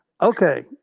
Okay